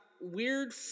weird